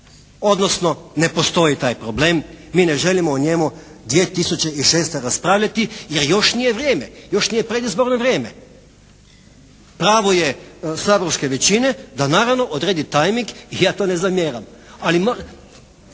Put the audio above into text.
odnosno ne postoji taj problem. Mi ne želimo o njemu 2006. raspravljati jer još nije vrijeme, još nije predizborno vrijeme. Pravo je saborske većine da naravno odredi tajming i ja to ne zamjeram. Ali,